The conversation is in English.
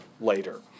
later